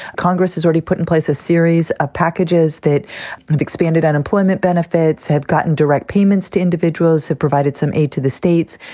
congress has already put in place a series of ah packages that have expanded unemployment benefits, have gotten direct payments to individuals, have provided some aid to the states.